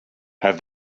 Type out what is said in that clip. have